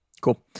Cool